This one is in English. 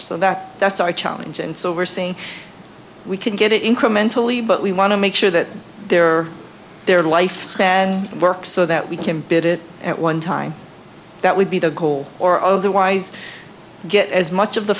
so that that's our challenge and so we're saying we can get it incrementally but we want to make sure that their their life span works so that we can build it at one time that would be the goal or otherwise get as much of the